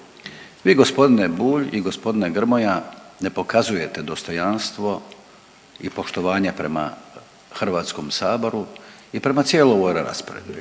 Vi, g. Bulj i g. Grmoja ne pokazujete dostojanstvo i poštovanje prema HS-u i prema cijeloj ovoj raspravi.